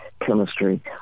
chemistry